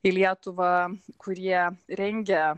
į lietuvą kurie rengia